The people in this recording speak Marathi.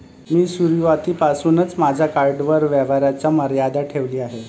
मी सुरुवातीपासूनच माझ्या कार्डवर व्यवहाराची मर्यादा ठेवली आहे